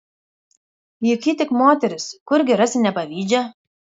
juk ji tik moteris kurgi rasi nepavydžią